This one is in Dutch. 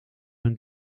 hun